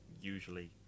usually